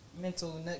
mental